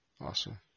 Awesome